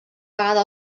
vegada